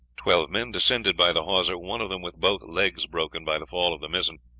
twelve men descended by the hawser, one of them with both legs broken by the fall of the mizzen.